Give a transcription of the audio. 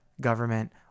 government